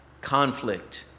conflict